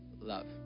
love